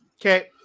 okay